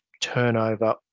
turnover